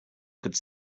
could